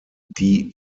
die